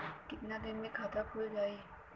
कितना दिन मे खाता खुल जाई?